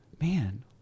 man